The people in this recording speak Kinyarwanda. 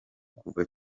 kuva